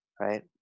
Right